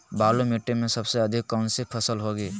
बालू मिट्टी में सबसे अधिक कौन सी फसल होगी?